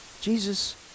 Jesus